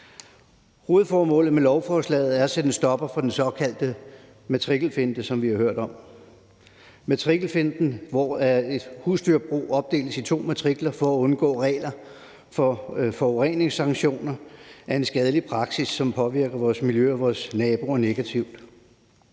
Hovedformålet med lovforslaget er at sætte en stopper for den såkaldte matrikelfinte, som vi har hørt om. Matrikelfinten, hvor et husdyrbrug opdeles i to matrikler for at undgå regler for forureningssanktioner, er en skadelig praksis, som påvirker vores miljø og naboer negativt.